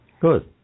Good